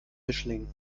mischling